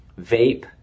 vape